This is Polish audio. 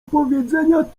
powiedzenia